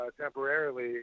temporarily